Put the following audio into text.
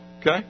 Okay